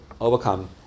overcome